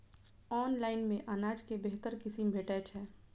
Online मे अनाज केँ बेहतर किसिम भेटय छै?